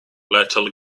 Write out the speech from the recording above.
little